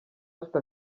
afite